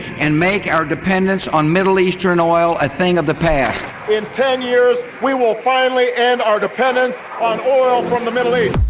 and make our dependence on middle-eastern oil a thing of the past. in ten years, we will finally end our dependence on oil from the middle east.